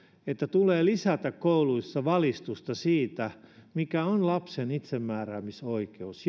että tulee lisätä kouluissa ja jo aivan varhaiskasvatuksessa valistusta siitä mikä on lapsen itsemääräämisoikeus